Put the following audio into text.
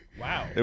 Wow